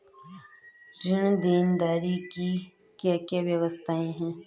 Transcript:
ऋण देनदारी की क्या क्या व्यवस्थाएँ हैं?